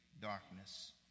darkness